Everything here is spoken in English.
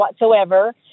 whatsoever